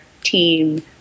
team